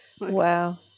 Wow